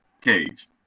Cage